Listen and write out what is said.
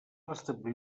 establir